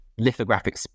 lithographic